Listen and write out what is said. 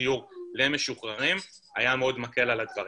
דיור למשוחררים זה היה מאוד מקל על הדברים.